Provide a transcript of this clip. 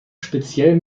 speziell